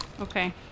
okay